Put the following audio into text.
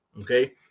okay